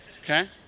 Okay